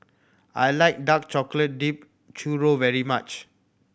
I like dark chocolate dipped churro very much